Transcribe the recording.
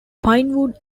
pinewood